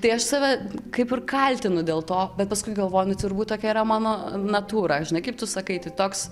tai aš save kaip ir kaltinu dėl to bet paskui galvoju nu turbūt tokia yra mano natūra žinai kaip tu sakai tai toks